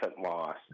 loss